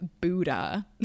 Buddha